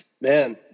man